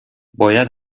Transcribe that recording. باید